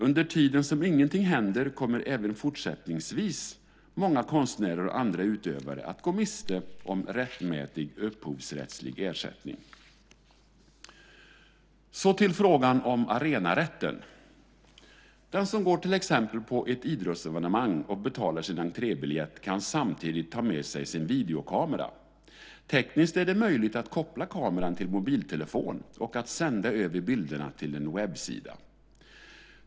Under tiden som ingenting händer kommer även fortsättningsvis många konstnärer och andra utövare att gå miste om rättmätig upphovsrättslig ersättning. Så kommer jag till frågan om arenarätten. Den som går på till exempel ett idrottsevenemang och betalar sin entrébiljett kan samtidigt ta med sig sin videokamera. Tekniskt är det möjligt att koppla kameran till en mobiltelefon och sända över bilderna till en webbsida.